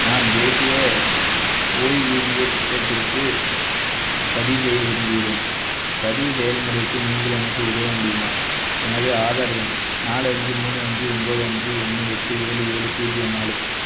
நான் தேசிய ஓய்வூதியத் திட்டத்திற்கு பதிவு செய்ய விரும்புகிறேன் பதிவு செயல்முறைக்கு நீங்கள் எனக்கு உதவ முடியுமா எனது ஆதார் எண் நாலு அஞ்சு மூணு அஞ்சு ஒம்பது அஞ்சு ஒன்று எட்டு ஏழு ஏழு பூஜ்ஜியம் நாலு